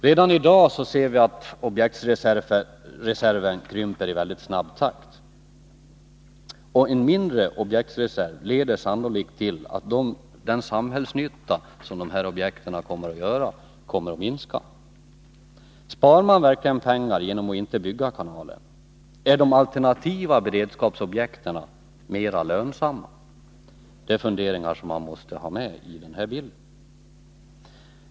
Redan i dag ser vi att objektsreserven krymper i mycket snabb takt. Mindre objektsreserv leder sannolikt till att den samhälleliga nyttan av objekten minskar. Spar man verkligen pengar genom att inte bygga kanalen? Är de alternativa beredskapsobjekten mera lönsamma?